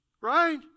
right